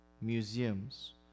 Museums